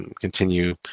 continue